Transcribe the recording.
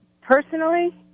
Personally